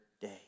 day